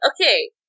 okay